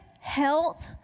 health